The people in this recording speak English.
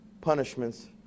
punishments